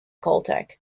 caltech